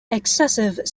excessive